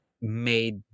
made